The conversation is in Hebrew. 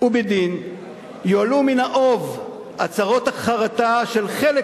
ובדין יועלו מן האוב הצעות החרטה של חלק